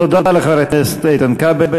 תודה לחבר הכנסת איתן כבל.